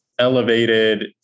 elevated